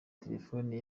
telefoni